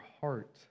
heart